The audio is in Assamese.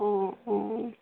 অ' অ'